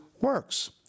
works